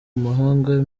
mahanga